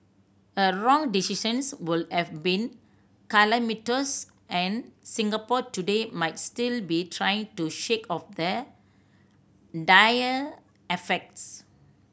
a wrong decisions would have been calamitous and Singapore today might still be trying to shake off the dire effects